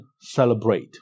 celebrate